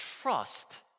trust